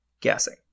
guessing